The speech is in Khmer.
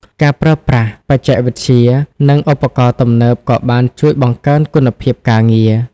ការប្រើប្រាស់ បច្ចេកវិទ្យា និងឧបករណ៍ទំនើបក៏បានជួយបង្កើនគុណភាពការងារ។